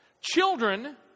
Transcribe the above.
children